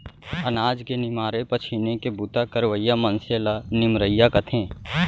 अनाज के निमारे पछीने के बूता करवइया मनसे ल निमरइया कथें